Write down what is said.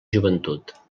joventut